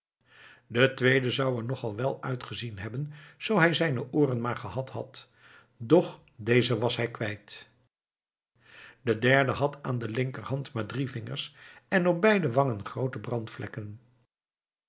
de tweede zou er nog al wel uitgezien hebben zoo hij zijne ooren maar gehad had doch deze was hij kwijt de derde had aan de linkerhand maar drie vingers en op beide wangen groote